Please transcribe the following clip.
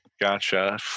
gotcha